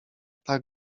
tak